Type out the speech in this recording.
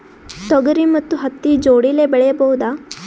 ತೊಗರಿ ಮತ್ತು ಹತ್ತಿ ಜೋಡಿಲೇ ಬೆಳೆಯಬಹುದಾ?